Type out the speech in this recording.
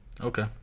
Okay